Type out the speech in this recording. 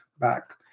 back